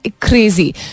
crazy